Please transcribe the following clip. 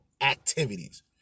activities